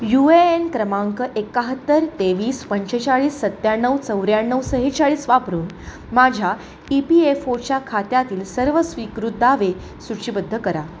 you A N क्रमांक एकाहत्तर तेवीस पंचेचाळीस सत्त्याण्णव चौऱ्याण्णव सेहेचाळीस वापरून माझ्या ई पी एफ ओच्या खात्यातील सर्व स्वीकृत दावे सूचीबद्ध करा